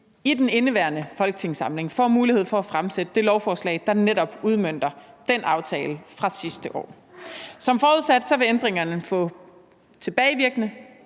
i den indeværende folketingssamling får en mulighed for at fremsætte det lovforslag, der netop udmønter den aftale fra sidste år. Som forudsat vil ændringerne få en tilbagevirkende